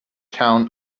town